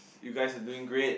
you guys are doing great